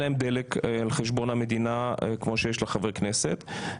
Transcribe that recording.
להם דלק על חשבון המדינה כמו שיש לחבר כנסת.